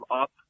up